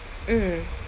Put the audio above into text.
mm